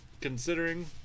Considering